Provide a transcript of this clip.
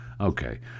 Okay